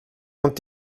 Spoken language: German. und